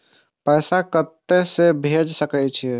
पैसा कते से भेज सके छिए?